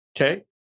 Okay